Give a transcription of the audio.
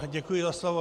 Děkuji za slovo.